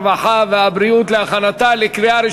הרווחה והבריאות נתקבלה.